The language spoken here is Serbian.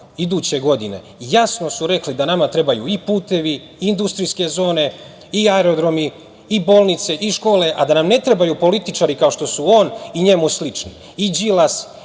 iduće godine. Jasno su rekli da nama trebaju i putevi i industrijske zone i aerodromi i bolnice i škole, a da nam ne trebaju političari kao što su on i njemu slični,